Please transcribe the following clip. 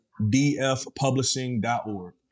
dfpublishing.org